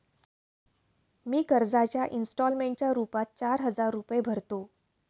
मी कर्जाच्या इंस्टॉलमेंटच्या रूपात चार हजार रुपये भरतो